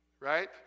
Right